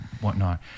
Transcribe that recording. whatnot